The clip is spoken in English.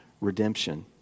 redemption